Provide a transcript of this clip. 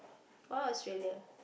why Australia